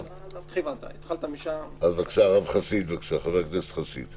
בבקשה, חבר הכנסת חסיד.